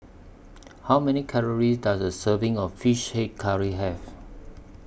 How Many Calories Does A Serving of Fish Head Curry Have